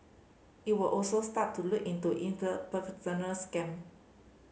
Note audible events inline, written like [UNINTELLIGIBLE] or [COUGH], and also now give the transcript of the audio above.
it will also start to look into in the [UNINTELLIGIBLE] scam